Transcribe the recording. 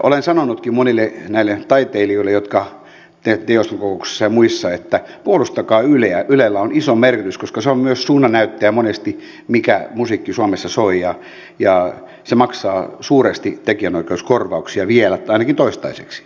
olen sanonutkin monille näille taiteilijoille teoston kokouksissa ja muissa että puolustakaa yleä ylellä on iso merkitys koska se on monesti myös suunnannäyttäjä sille mikä musiikki suomessa soi ja se maksaa suuresti tekijänoikeuskorvauksia vielä ainakin toistaiseksi